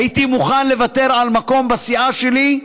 הייתי מוכן לוותר על מקום בסיעה שלי,